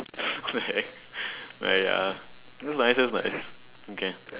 what the heck but those what okay